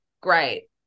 Great